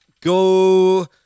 go